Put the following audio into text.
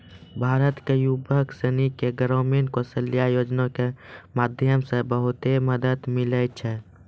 भारत के युवक सनी के ग्रामीण कौशल्या योजना के माध्यम से बहुत मदद मिलै छै